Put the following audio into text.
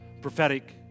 Prophetic